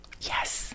Yes